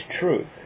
truth